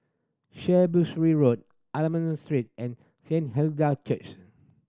Ray Road Almond Street and